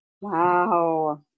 Wow